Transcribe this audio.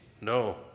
No